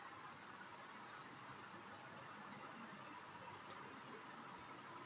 bank द्वारा दिए गए नंबर पर एस.एम.एस भेजकर ए.टी.एम कार्ड ब्लॉक किया जा सकता है